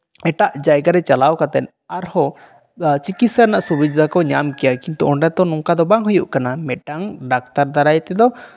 ᱮᱴᱟᱜ ᱡᱟᱭᱜᱟ ᱨᱮ ᱪᱟᱞᱟᱣ ᱠᱟᱛᱮ ᱟᱨᱦᱚᱸ ᱪᱤᱠᱤᱥᱥᱟ ᱨᱮᱭᱟᱜ ᱥᱩᱵᱤᱫᱷᱟ ᱠᱚ ᱧᱟᱢ ᱠᱮᱭᱟ ᱠᱤᱱᱛᱩ ᱚᱸᱰᱮ ᱛᱚ ᱚᱱᱠᱟ ᱛᱚ ᱵᱟᱝ ᱦᱩᱭᱩᱜ ᱠᱟᱱᱟ ᱢᱤᱫᱴᱟᱱ ᱰᱟᱠᱛᱟᱨ ᱫᱟᱨᱟᱭ ᱛᱮᱫᱚ